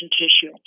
tissue